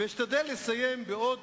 אשתדל לסיים בעוד